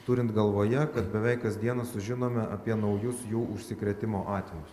turint galvoje kad beveik kasdieną sužinome apie naujus jų užsikrėtimo atvejus